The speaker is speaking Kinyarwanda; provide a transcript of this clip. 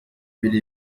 biri